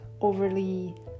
overly